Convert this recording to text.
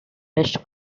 test